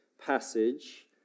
passage